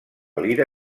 lira